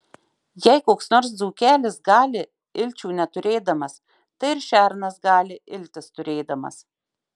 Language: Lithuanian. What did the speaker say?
jei koks nors dzūkelis gali ilčių neturėdamas tai ir šernas gali iltis turėdamas